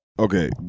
Okay